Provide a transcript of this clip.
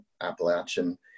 Appalachian